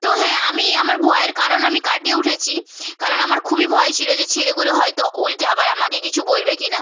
তো হ্যাঁ আমি আমার ভয়ের কারণ আমি কাটিয়ে উঠেছি কারণ আমার খুবই ভয় ছিলো যে ছেলেগুলো হয়তো উলটে আবার আমাকে কিছু বলবে কিনা